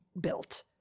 built